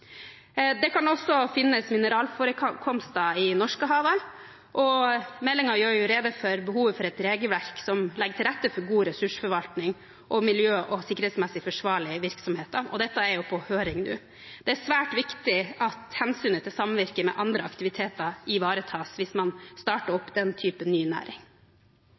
Det kan også finnes mineralforekomster i Norskehavet. Meldingen gjør rede for behovet for et regelverk som legger til rette for god ressursforvaltning og miljø- og sikkerhetsmessig forsvarlige virksomheter. Dette er på høring nå. Det er svært viktig at hensynet til samvirket med andre aktiviteter ivaretas hvis man starter opp den typen ny næring.